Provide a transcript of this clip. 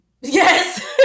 Yes